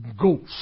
Ghost